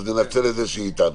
אז ננצל את זה שהיא איתנו.